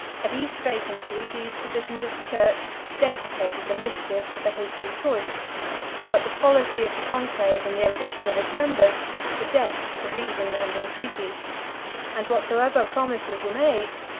at each vacancy, these physicians of the church deprecated the mischiefs of a hasty choice but the policy of the conclave and the ambition of its members were deaf to reason and entreaties and whatsoever promises were made,